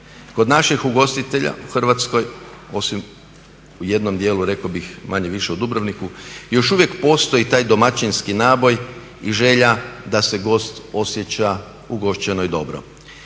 Kod naših ugostitelja u Hrvatskoj osim u jednom dijelu rekao bih manje-više u Dubrovniku još uvijek postoji taj domaćinski naboj i želja da se gost osjeća ugošćeno i dobro.